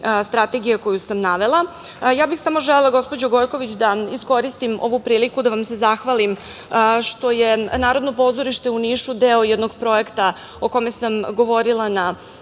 strategije koju sam navela. Ja bih samo želela, gospođo Gojković da iskoristim ovu priliku da vam se zahvalim što je Narodno pozorište, u Nišu, deo jednog projekta o kome sam govorila na